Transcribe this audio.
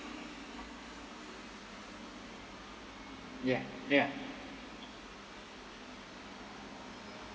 ya ya